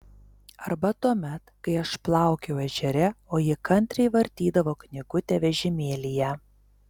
arba tuomet kai aš plaukiojau ežere o ji kantriai vartydavo knygutę vežimėlyje